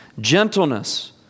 gentleness